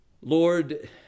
Lord